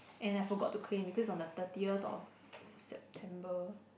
and I forgot to claim because on the thirtieth of September